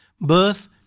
birth